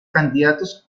candidatos